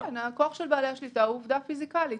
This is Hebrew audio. הכוח של בעלי השליטה הוא עובדה פיזיקאלית,